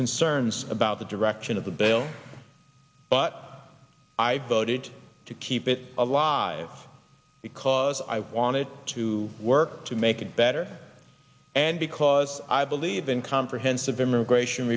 concerns about the direction of the bill but i voted to keep it alive because i wanted to work to make it better and because i believe and comprehend of immigration